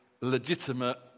legitimate